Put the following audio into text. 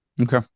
Okay